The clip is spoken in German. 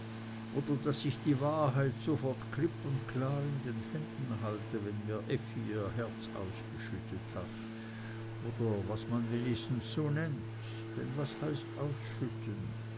oder daß ich die wahrheit sofort klipp und klar in den händen halte wenn mir effi ihr herz ausgeschüttet hat oder was man wenigstens so nennt denn was heißt ausschütten